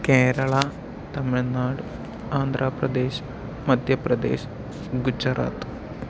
Kerala Tamil Nadu Andhra Pradesh Madhya Pradesh Gujarat